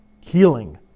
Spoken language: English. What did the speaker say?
healing